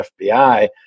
FBI